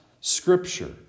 Scripture